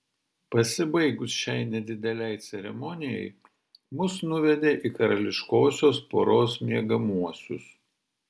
pasibaigus šiai nedidelei ceremonijai mus nuvedė į karališkosios poros miegamuosius